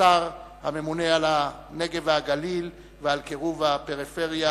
השר הממונה על הנגב והגליל ועל קירוב הפריפריה,